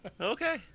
Okay